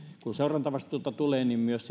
kun seurantavastuuta tulee myös